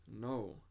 No